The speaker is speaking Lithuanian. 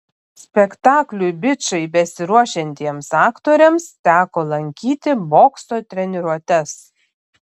spektakliui bičai besiruošiantiems aktoriams teko lankyti bokso treniruotes